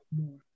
more